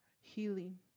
healing